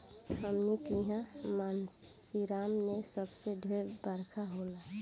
हमनी किहा मानसींराम मे सबसे ढेर बरखा होला